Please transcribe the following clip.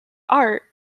art